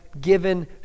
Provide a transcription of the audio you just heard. given